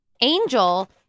Angel